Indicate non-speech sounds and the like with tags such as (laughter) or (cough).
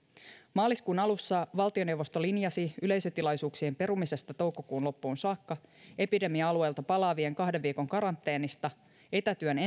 maaliskuun alussa valtioneuvosto linjasi yleisötilaisuuksien perumisesta toukokuun loppuun saakka epidemia alueilta palaavien kahden viikon karanteenista etätyön (unintelligible)